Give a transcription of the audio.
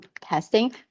testing